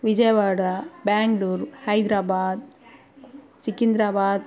Vijayawada Bengaluru Hyderabad Secunderabad